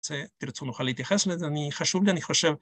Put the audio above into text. ‫אם תרצו נוכל להתייחס לזה. ‫חשוב לי, אני חושב...